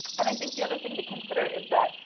and i think the other thing to consider is that,